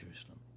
Jerusalem